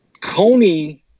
Coney